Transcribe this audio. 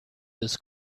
this